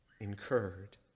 incurred